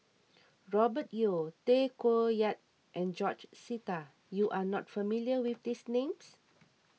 Robert Yeo Tay Koh Yat and George Sita you are not familiar with these names